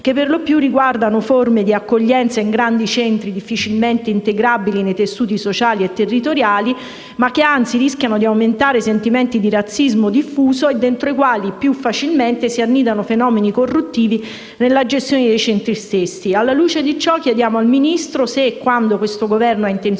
che, perlopiù, riguardano l'accoglienza in grandi centri difficilmente integrabili nei tessuti sociali e territoriali, e che anzi rischiano di aumentare sentimenti di razzismo diffuso all'interno dei quali più facilmente si annidano fenomeni corruttivi nella gestione dei centri stessi. Alla luce di ciò, chiediamo al Ministro se e quando questo Governo abbia intenzione